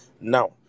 Now